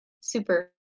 Super